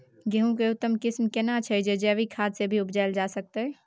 गेहूं के उत्तम किस्म केना छैय जे जैविक खाद से भी उपजायल जा सकते?